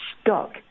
stuck